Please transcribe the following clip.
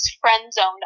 friend-zoned